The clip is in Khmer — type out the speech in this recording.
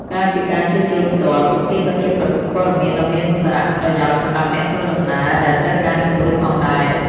ក្រៅពីការជួសជុលផ្ទាល់ ពួកគេក៏ជាប្រភពព័ត៌មានដ៏មានសារៈប្រយោជន៍សម្រាប់អ្នកធ្វើដំណើរដែលត្រូវការជំនួយផងដែរ។